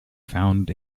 found